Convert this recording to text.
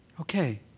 Okay